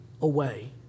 away